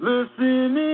Listen